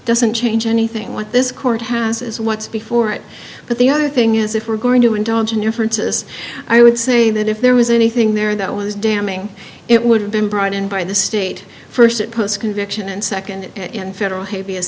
doesn't change anything what this court has as what's before it but the other thing is if we're going to indulge in your francis i would say that if there was anything there that was damning it would have been brought in by the state first post conviction and second and federal h